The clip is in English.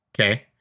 Okay